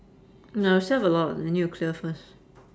no we still have a lot we need to clear first